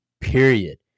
Period